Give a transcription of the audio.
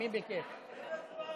השרה להגנת הסביבה.